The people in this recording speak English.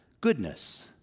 goodness